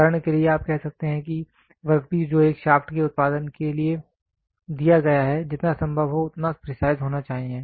उदाहरण के लिए आप कह सकते हैं कि वर्कपीस जो एक शाफ्ट के उत्पादन के लिए दिया गया है जितना संभव हो उतना प्रीसाइज होना चाहिए